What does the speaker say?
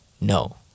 no